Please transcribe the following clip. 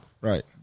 Right